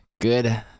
good